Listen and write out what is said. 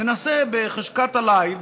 ננסה בחשכת הליל,